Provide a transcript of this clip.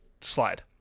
slide